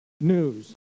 news